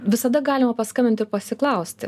visada galima paskambinti pasiklausti